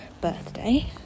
birthday